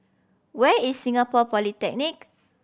where is Singapore Polytechnic